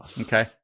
Okay